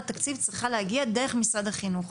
התקציב צריכה להגיע דרך משרד החינוך,